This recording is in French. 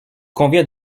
convient